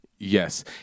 Yes